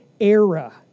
era